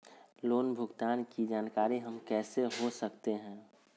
Loan भुगतान की जानकारी हम कैसे हो सकते हैं?